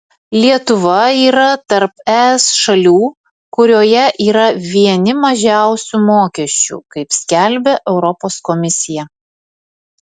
lietuva yra tarp es šalių kurioje yra vieni mažiausių mokesčių kaip skelbia europos komisija